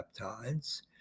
peptides